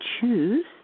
choose